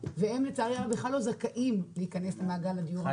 והם לצערי הרב בכלל לא זכאים להיכנס למעגל הדיור הציבורי.